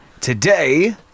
Today